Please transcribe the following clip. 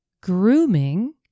grooming